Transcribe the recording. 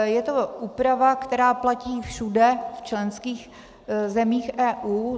Je to úprava, která platí všude v členských zemích EU.